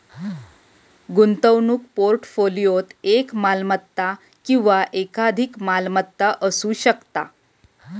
गुंतवणूक पोर्टफोलिओत एक मालमत्ता किंवा एकाधिक मालमत्ता असू शकता